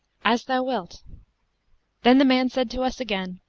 as thou wilt then the man said to us again,